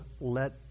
let